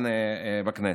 בכנסת.